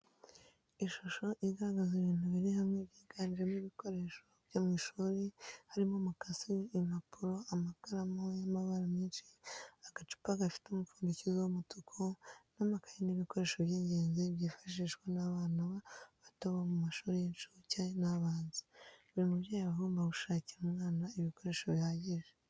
Ishusho igaragaza ibintu biri hamwe byiganjemo ibikoreso byomw'ishuriharimo umukasi w'impapuro, amakaramu y'amabara menshi, agacupa gafite umupfundikizo w'umutuku,n' amakayi ni ibikoresho by'ingenzi byifashishwa n'abana bato bo mu mashuri y'incuke n'abanza, buri mubyeyi aba agomba gusakira umwana ibikoresho bihagije.